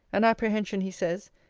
an apprehension, he says,